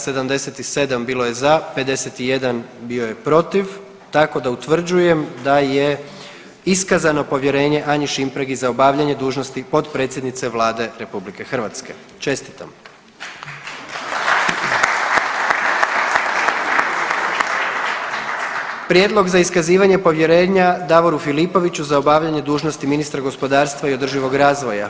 77 je bilo za, 51 bio je protiv tako da utvrđujem da je iskazano povjerenje Anji Šimpragi za obavljanje dužnosti potpredsjednice Vlade Republike Hrvatske. Prijedlog za iskazivanje povjerenja Davoru Filipoviću za obavljanje dužnosti ministra gospodarstva i održivog razvoja.